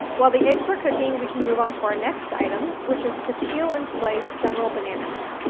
while the eggs are cooking, we can move onto our next item, which is to peel and slice several bananas.